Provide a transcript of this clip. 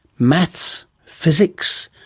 maths, physics,